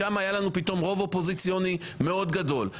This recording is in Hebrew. שם היה לנו פתאום רוב אופוזיציוני מאוד גדול.